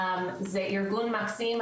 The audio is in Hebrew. זה ארגון מקסים,